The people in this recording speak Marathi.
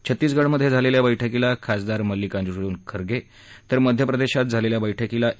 छत्तीसगढमध्ये झालेल्या बैठकीला खासदार मल्लिकार्जुन खरगे तर मध्यप्रदेशात झालेल्या बैठकीला ए